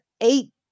eight